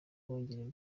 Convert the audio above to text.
byongera